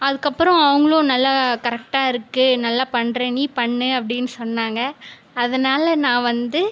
அதுக்கப்புறம் அவங்களும் நல்லா கரெக்டாக இருக்குது நல்லா பண்ணுற நீ பண்ணு அப்படினு சொன்னாங்க அதனால் நான் வந்து